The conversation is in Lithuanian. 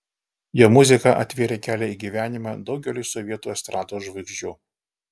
jo muzika atvėrė kelią į gyvenimą daugeliui sovietų estrados žvaigždžių